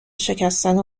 شکستن